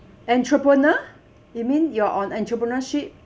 entrepreneur you mean you're on entrepreneurship